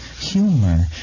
humor